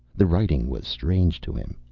the writing was strange to him.